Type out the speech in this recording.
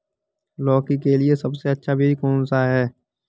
लौकी के लिए सबसे अच्छा बीज कौन सा है?